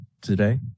today